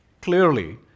Clearly